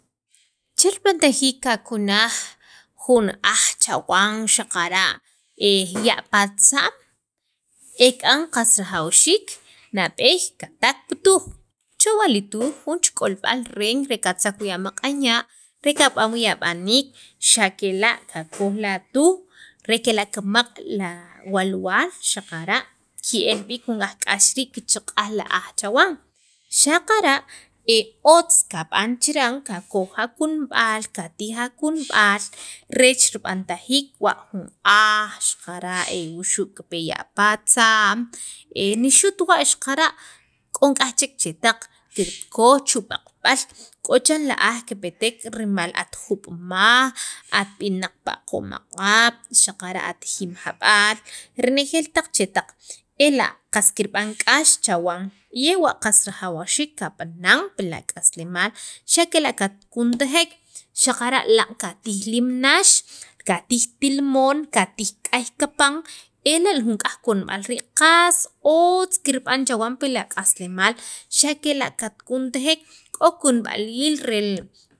che rib'antajiik kakunaj jun aj chawan xaqara' e ya'patza'm ek'an qas rajawxiik nab'eey katek pi tuuj chewa' li tuuj jun che k'olb'al reen re katzak wii' amaq'aya' re kab'an wii' ab'aniik xa kela' kakoj la tuuj xa kela' kimaq' la walwaal xaqara' ke'lb'iik aj ri' re kach'aq'aj li aj chawan xaqara' otz kab'an chiran kakoj akunb'al katij akunb'al reech rib'antajiik, jun aj wuxu' kipe ya'patza'n ni xu't wa' xaqara' k'o k'aj chek chetaq kikoj chu' baqb'al k'o chan li aj kipetek rimal at jub'maj atb'inaq pi aqo'm aq'ab' xaqara' atijim jab'al renejeel taq chetaq ela' qas kirb'an k'ax chawan y ewa' qas rajawxiik kab'anan pi ak'aslemaal xa kela' katkuntajek xaqara' katij limnax katij tilmont katij k'ay kapan ela' nik'yaj kunb'al qas otz kirb'an chawan pi la k'aslemaal xakela' katkuntajek k'o kunb'aliil rel